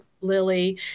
lily